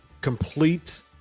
complete